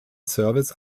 service